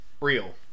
real